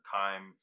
time